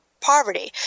poverty